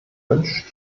wünscht